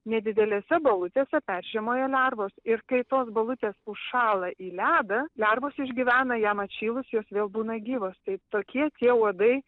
nedidelėse balutėse peržiemoja lervos ir kai tos balutės užšąla į ledą lervos išgyvena jam atšilus jos vėl būna gyvos tai tokie tie uodai